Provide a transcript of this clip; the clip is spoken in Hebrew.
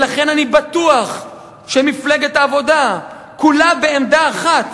ולכן אני בטוח שמפלגת העבודה כולה בעמדה אחת,